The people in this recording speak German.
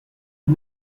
und